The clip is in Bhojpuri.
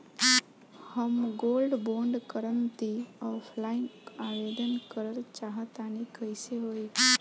हम गोल्ड बोंड करंति ऑफलाइन आवेदन करल चाह तनि कइसे होई?